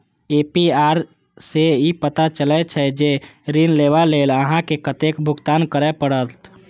APR सं ई पता चलै छै, जे ऋण लेबा लेल अहां के कतेक भुगतान करय पड़त